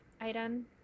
item